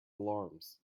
alarms